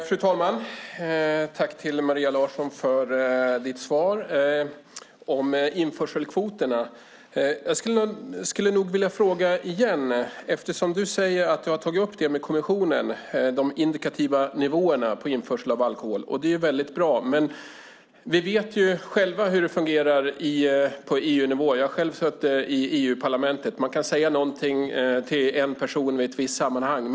Fru talman! Tack, Maria Larsson, för ditt svar om införselkvoterna! Jag skulle vilja ställa en fråga om det igen. Du har sagt att du tagit upp frågan om de indikativa nivåerna för införsel av alkohol med kommissionen, och det är väldigt bra. Men vi vet hur det fungerar på EU-nivå. Jag har själv suttit i EU-parlamentet. Man kan säga något till en person i ett visst sammanhang.